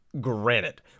granite